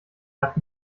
hat